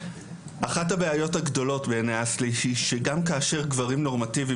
אחת הבעיות הגדולות בעיני אסל"י היא שגם כאשר גברים נורמטיביים